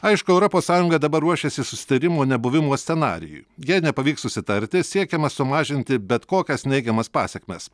aišku europos sąjunga dabar ruošiasi susitarimo nebuvimo scenarijui jei nepavyks susitarti siekiama sumažinti bet kokias neigiamas pasekmes